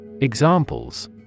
Examples